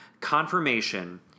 Confirmation